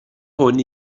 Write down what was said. hwn